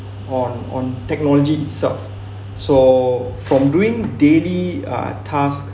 on on technology itself so from doing daily uh task